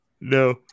No